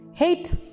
Hate